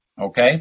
Okay